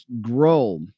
grow